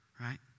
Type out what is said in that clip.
right